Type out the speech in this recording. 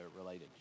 related